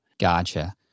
Gotcha